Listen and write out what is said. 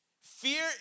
Fear